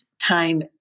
time